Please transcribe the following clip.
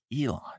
Elon